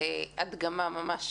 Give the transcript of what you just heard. היא הדגמה ממש